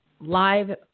live